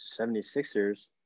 76ers